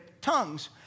tongues